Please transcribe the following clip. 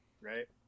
right